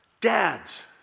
Dads